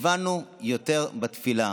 כיוונו יותר בתפילה